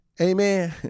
Amen